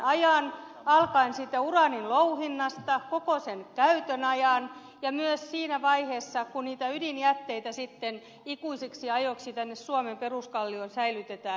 alkaen siitä uraanin louhinnasta koko sen käytön ajan ja myös siinä vaiheessa kun niitä ydinjätteitä sitten ikuisiksi ajoiksi tänne suomen peruskallioon säilytetään